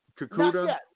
Kakuda